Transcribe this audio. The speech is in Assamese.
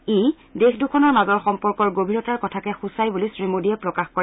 ই দেশ দুখনৰ মাজৰ সম্পৰ্কৰ গভীৰতাৰ কথাকে সূচায় বুলি শ্ৰী মোদীয়ে প্ৰকাশ কৰে